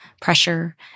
pressure